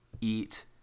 eat